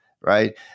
right